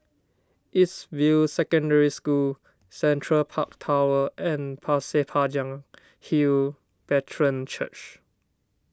East View Secondary School Central Park Tower and Pasir Panjang Hill Brethren Church